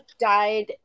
died